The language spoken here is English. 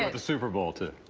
have the super bowl, too.